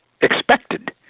expected